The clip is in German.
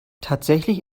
tatsächlich